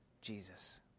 Jesus